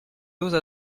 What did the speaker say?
douze